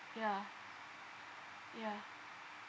yeah yeah